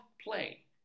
play